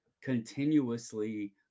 continuously